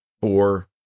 four